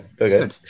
Okay